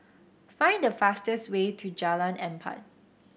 find the fastest way to Jalan Empat